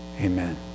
Amen